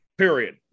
period